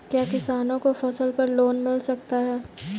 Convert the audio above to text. क्या किसानों को फसल पर लोन मिल सकता है?